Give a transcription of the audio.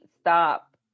stop